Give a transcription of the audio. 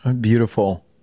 Beautiful